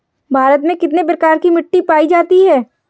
भारत में कितने प्रकार की मिट्टी पायी जाती है?